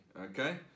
Okay